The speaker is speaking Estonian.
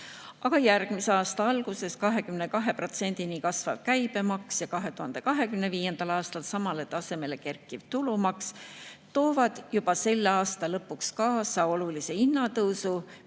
Järgmise aasta alguses 22%-ni kasvav käibemaks ja 2025. aastal samale tasemele kerkiv tulumaks toovad juba selle aasta lõpuks kaasa olulise hinnatõusu,